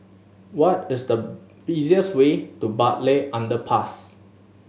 what is the easiest way to Bartley Underpass